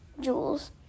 Jules